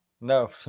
No